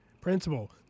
principal